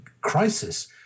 crisis